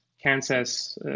Kansas